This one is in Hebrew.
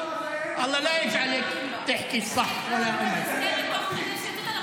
(אומר בערבית:) היא נזכרת,